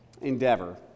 endeavor